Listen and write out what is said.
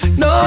no